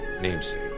namesake